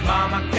Mama